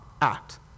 act